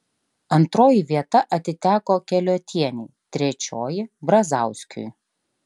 antroji vieta atiteko keliuotienei trečioji brazauskiui